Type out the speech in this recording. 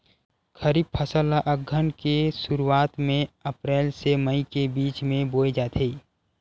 खरीफ फसल ला अघ्घन के शुरुआत में, अप्रेल से मई के बिच में बोए जाथे